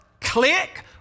Click